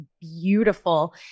beautiful